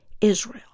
Israel